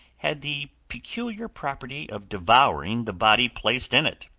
had the peculiar property of devouring the body placed in it.